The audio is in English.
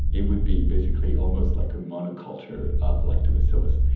it would be basically almost like a monoculture of lactobacillus.